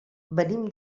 venim